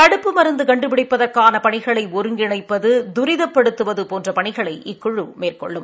தடுப்பு மருந்து கண்டுபிடிப்பதற்கான பணிகளை ஒருங்கிணைப்பது துரிதப்படுத்துவது போன்ற பணிகளை இக்குழு மேற்கொள்ளும்